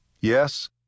Yes